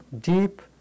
deep